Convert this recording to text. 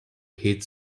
hit